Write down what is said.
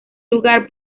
lugar